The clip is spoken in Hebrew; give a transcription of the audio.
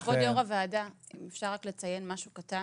כבוד יו"ר הוועדה, אם אפשר רק לציין משהו קטן?